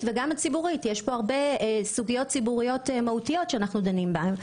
יש פה הרבה סוגיות ציבוריות מהותיות שאנחנו דנים בהן.